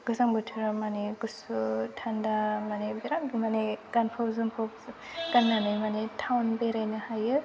गोजां बोथोराव माने गुसु थान्दा माने बिराद माने गानफब जोमफब गाननानै माने टाउन बेरायनो हायो